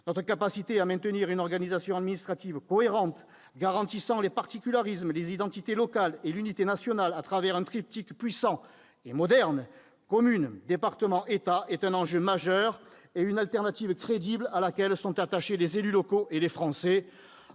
leur identité. Maintenir une organisation administrative cohérente, garantissant les particularismes, les identités locales et l'unité nationale au travers d'un triptyque puissant et moderne « communes-départements-État » est un enjeu majeur et une alternative crédible, à laquelle sont attachés les élus locaux et les Français.